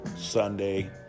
Sunday